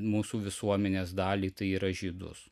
mūsų visuomenės dalį tai yra žydus